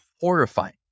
horrifying